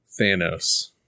Thanos